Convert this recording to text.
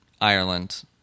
Ireland